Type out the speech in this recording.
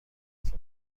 تلفن